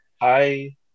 Hi